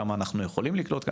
כמה אנחנו יכולים לקלוט וכו'